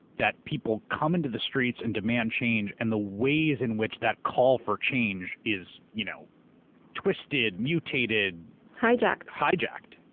that people come into the streets and demand change, and the ways in which that call for change is you know twisted, mutated-shireen al-adeimi hijacked. hijacked.